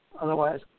otherwise